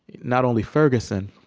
not only ferguson,